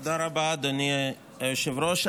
תודה רבה, אדוני היושב-ראש.